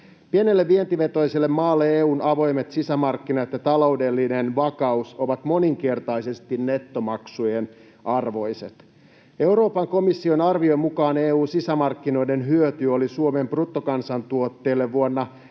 Pienelle vientivetoiselle maalle EU:n avoimet sisämarkkinat ja taloudellinen vakaus ovat moninkertaisesti nettomaksujen arvoiset. Euroopan komission arvion mukaan EU:n sisämarkkinoiden hyöty Suomen bruttokansantuotteelle oli vuonna 2019